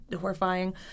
horrifying